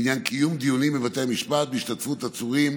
בעניין קיום דיונים בבתי המשפט בהשתתפות עצורים